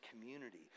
community